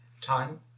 time